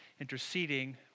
interceding